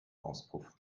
auspuff